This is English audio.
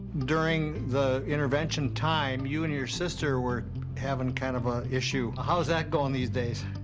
during the intervention time, you and your sister were having, kind of, a issue. how is that going these days?